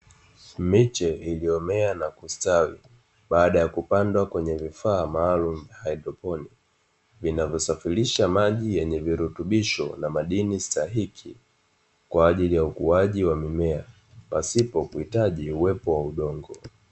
Miche iliyomea na kustawi baada ya kupandwa kwenye vifaa maalumu vya haidroponi, vinavyosafirisha maji yenye virutubisho na madini stahiki kwa ajili ya ukuaji wa mimea, pasipo kuhitaji uwepo wa udongo.